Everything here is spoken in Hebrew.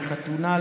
לחתונה,